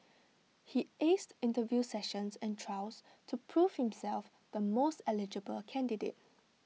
he aced interview sessions and trials to prove himself the most eligible candidate